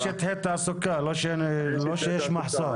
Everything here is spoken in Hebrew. אין שטחי תעסוקה, לא שיש מחסור.